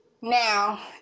Now